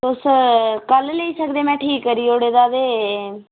तुस कल लेई सकने में ठीक करी ओड़े दा ते